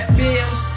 bills